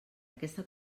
aquesta